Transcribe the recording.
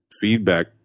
feedback